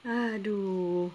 !aduh!